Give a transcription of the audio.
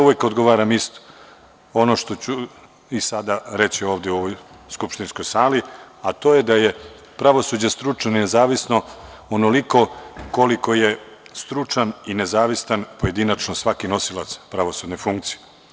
Uvek odgovaram isto, ono što ću i sada reći ovde, u ovoj skupštinskoj sali, a to je da je pravosuđe stručno i nezavisno onoliko koliko je stručan i nezavistan pojedinačno svaki nosilac pravosudne funkcije.